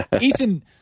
Ethan